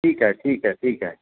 ठीकु आहे ठीकु आहे ठीकु आहे